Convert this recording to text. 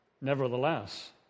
Nevertheless